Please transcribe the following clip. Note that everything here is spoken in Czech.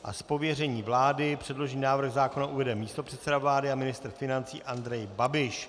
Z pověření vlády předložený návrh zákona uvede místopředseda vlády a ministr financí Andrej Babiš.